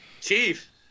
chief